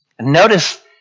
Notice